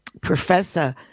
Professor